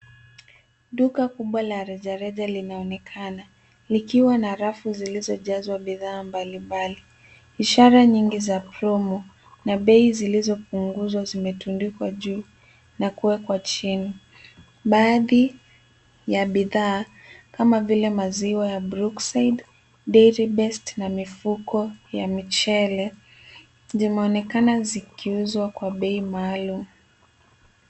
Duka kubwa la rejareja linaonekana; likiwa na rafu zilizojazwa bidhaa mbalimbali. Ishara nyingi za promo na bei zilizopunguzwa zimetundikwa juu na kuwekwa chini. Baadhi ya bidhaa kama vile maziwa ya Brookside, DairyBest na mfuko ya michele zimeonekana zikiuzwa kwa bei maalum.